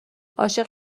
عاشق